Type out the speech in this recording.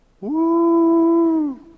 Woo